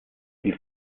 die